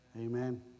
Amen